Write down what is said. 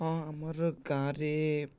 ହଁ ଆମର ଗାଁରେ